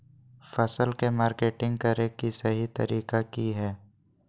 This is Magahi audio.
फसल के मार्केटिंग करें कि सही तरीका की हय?